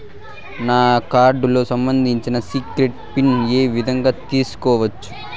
నా కార్డుకు సంబంధించిన సీక్రెట్ పిన్ ఏ విధంగా తీసుకోవచ్చు?